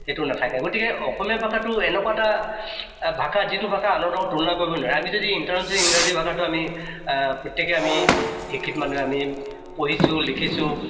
এইটো নাথাকে গতিকে অসমীয়া ভাষাটো এনেকুৱা এটা ভাষা যিটো ভাষা আনৰ লগত তুলনা কৰিবই নোৱাৰি আমি যদি ইণ্টাৰনেশ্যনেল ইংৰাজী ভাষাটো আমি প্ৰত্যেকেই আমি শিক্ষিত মানুহে আমি পঢ়িছোঁ লিখিছোঁ